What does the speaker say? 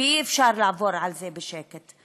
ואי-אפשר לעבור על זה בשקט.